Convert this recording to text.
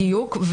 בדיוק.